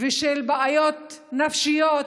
ושל בעיות נפשיות